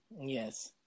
Yes